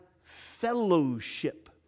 fellowship